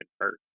first